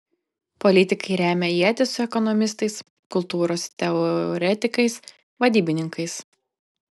politikai remia ietis su ekonomistais kultūros teoretikais vadybininkais